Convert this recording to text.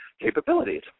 capabilities